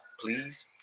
Please